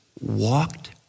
walked